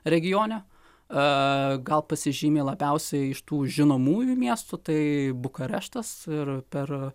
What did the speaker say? regione a gal pasižymi labiausiai iš tų žinomųjų miestų tai bukareštas ir per